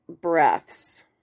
breaths